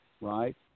Right